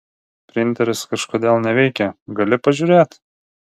printeris kažkodėl neveikia gali pažiūrėt